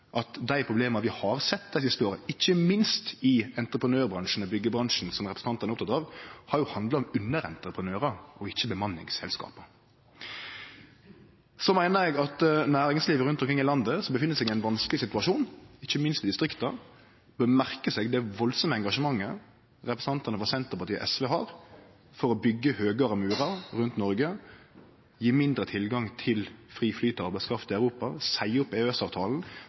at dei problema vi har sett dei siste åra, ikkje minst i entreprenørbransjen og byggebransjen, som representanten er opptatt av, har jo handla om underentreprenørar og ikkje bemanningsselskap. Eg meiner at næringsliv rundt om i landet som er i ein vanskeleg situasjon, ikkje minst i distrikta, bør merke seg det voldsamme engasjementet representantane frå Senterpartiet og SV har for å byggje høgare murar rundt Noreg, å gje mindre tilgang til fri flyt av arbeidskraft i Europa, å seie opp